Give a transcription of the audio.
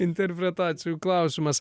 interpretacijų klausimas